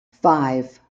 five